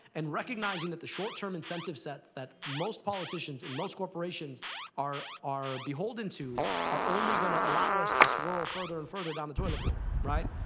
and recognizing that the short-term incentive sets that most politicians and most corporations are are beholden to are only going to allow us to swirl further and further down the toilet bowl, right.